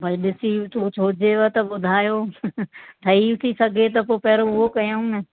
भाई ॾिसी छो हुजेव त ॿुधायो ठही थी सघे त पोइ पहिरियों उहो कयूं न